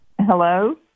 hello